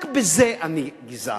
רק בזה אני גזען.